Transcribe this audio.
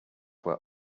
were